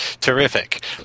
terrific